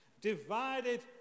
divided